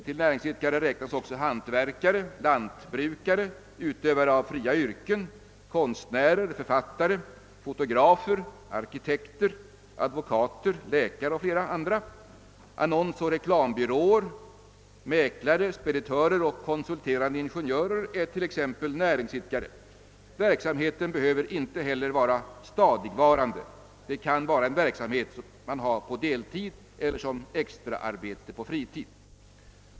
Till näringsidkare räknas också hantverkare, lantbrukare, utövare av fria yrken, konstnärer, författare, fotografer, arkitekter, advokater, läkare och flera andra yrkesgrup per. Annonsoch reklambyråer, mäklare och speditörer är t.ex. näringsidkare. Verksamheten behöver inte heller vara stadigvarande. Det kan gälla en verksamhet som bedrivs på deltid eller som extraarbete på fritid.